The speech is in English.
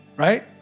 Right